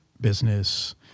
business